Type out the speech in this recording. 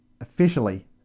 Officially